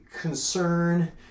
concern